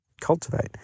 cultivate